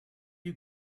you